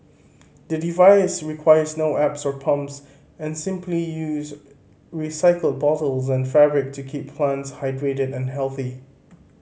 the device requires no apps sir pumps and simply uses recycled bottles and fabric to keep plants hydrated and healthy